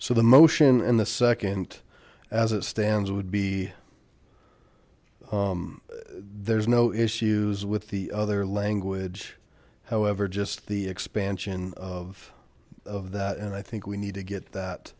so the motion in the second as it stands would be there's no issues with the other language however just the expansion of of that and i think we need to get that